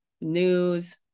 news